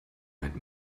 meint